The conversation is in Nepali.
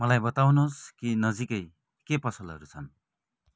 मलाई बताउनुहोस् कि नजिकै के पसलहरू छन्